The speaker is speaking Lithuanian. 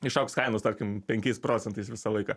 išaugs kainos tarkim penkiais procentais visą laiką